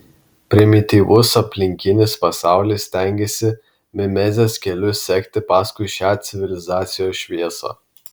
primityvus aplinkinis pasaulis stengiasi mimezės keliu sekti paskui šią civilizacijos šviesą